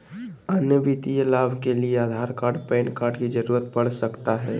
अन्य वित्तीय लाभ के लिए आधार कार्ड पैन कार्ड की जरूरत पड़ सकता है?